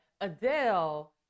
Adele